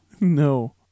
no